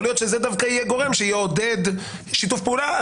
יכול להיות שזה דווקא יהיה גורם שיעודד שיתוף פעולה.